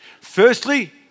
Firstly